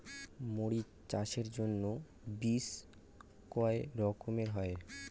মরিচ চাষের জন্য বীজ কয় রকমের হয়?